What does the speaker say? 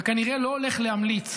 וכנראה לא הולך להמליץ